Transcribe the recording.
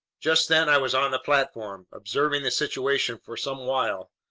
just then i was on the platform. observing the situation for some while,